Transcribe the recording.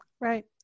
Right